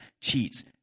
cheats